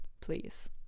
please